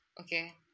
Okay